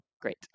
Great